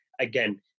Again